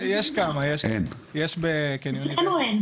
אצלנו אין.